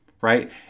right